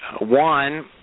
One